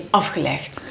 afgelegd